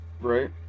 right